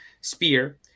spear